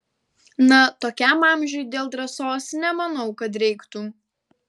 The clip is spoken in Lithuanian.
na tokiam amžiuj dėl drąsos nemanau kad reiktų